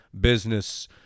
business